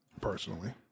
Personally